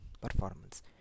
performance